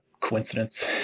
coincidence